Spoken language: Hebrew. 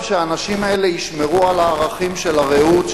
שהאנשים האלה ישמרו על הערכים של הרעות,